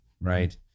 right